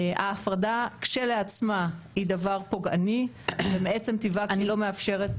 ההפרדה כשלעצמה היא דבר פוגעני ומעצם טבעה לא מאפשרת